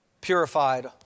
purified